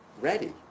ready